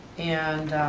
and